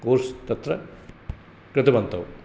course तत्र कृतवन्तौ